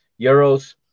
euros